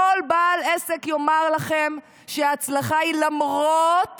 כל בעל עסק יאמר לכם שההצלחה היא למרות